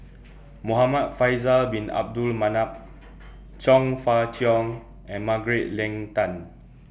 Muhamad Faisal Bin Abdul Manap Chong Fah Cheong and Margaret Leng Tan